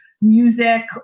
music